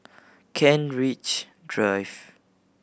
Kent Ridge Drive